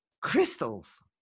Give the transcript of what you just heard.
crystals